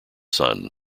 son